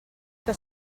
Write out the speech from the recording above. que